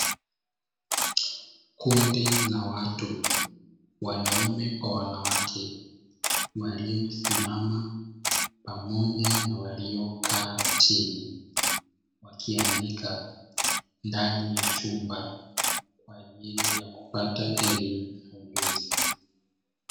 Kundi la watu wanaume kwa wanawake waliosimama pamoja na waliokaa chini, wakiandika ndani ya chumba kwaajili ya kupata elimu na ujuzi.